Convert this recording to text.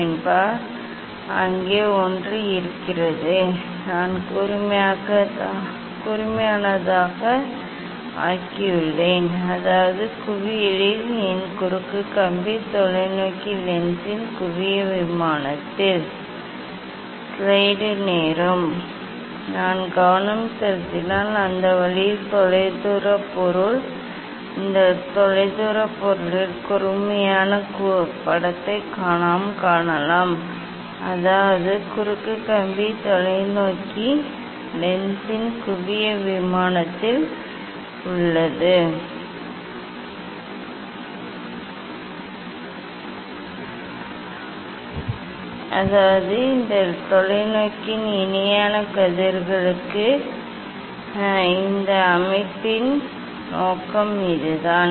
ஆமாம் அங்கே ஒன்று இருக்கிறது நான் கூர்மையானதாக ஆக்கியுள்ளேன் அதாவது குவியலில் என் குறுக்கு கம்பி தொலைநோக்கி லென்ஸின் குவிய விமானத்தில் நாம் கவனம் செலுத்தினால் அந்த வழியில் தொலைதூர பொருள் இந்த தொலைதூர பொருளின் கூர்மையான படத்தை நாம் காணலாம் அதாவது குறுக்கு கம்பி தொலைநோக்கி லென்ஸின் குவிய விமானத்தில் உள்ளது அதாவது இந்த தொலைநோக்கியின் இணையான கதிர்களுக்கான இந்த அமைப்பின் நோக்கம் இதுதான்